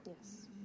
Yes